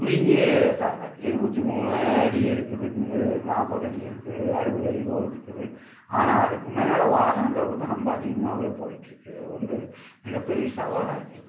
குறுகிய சாலை இருபத்தி மூணு அடி இருக்குதுங்குது நாற்பது அடி இருக்குது அறுபதடி ரோடு இருக்குது ஆனால் அதுக்கு மேல வாகனங்கள் வந்து ரொம்ப அதிகமாவே போயிட்டு இருக்குது அது வந்து மிகப்பெரிய சவாலாக இருக்குது